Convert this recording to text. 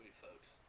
folks